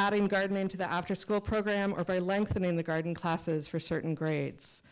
adding gardening to the after school program or by lengthening the garden classes for certain grades